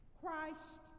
Christ